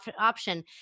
option